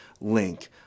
link